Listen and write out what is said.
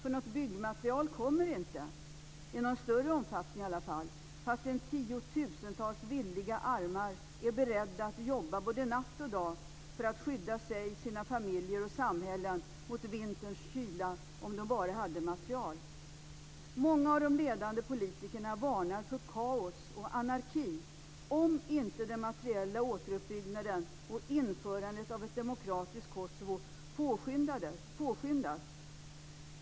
Något byggmateriel kommer inte i någon större omfattning fastän tiotusentals villiga armar är beredda att jobba både natt och dag för att skydda sig, sina familjer och samhällen mot vinterns kyla om de bara hade materiel. Många av de ledande politikerna varnar för kaos och anarki om inte den materiella återuppbyggnaden och införandet av ett demokratiskt Kosovo påskyndas.